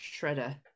shredder